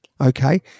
okay